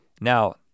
now